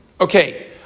Okay